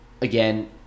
Again